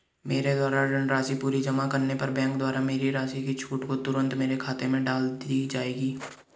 मेरे द्वारा ऋण राशि पूरी जमा करने पर बैंक द्वारा मेरी राशि की छूट को तुरन्त मेरे खाते में डाल दी जायेगी?